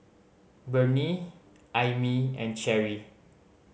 Burney Aimee and Cherry